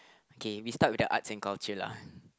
okay we start with the arts and culture lah